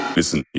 Listen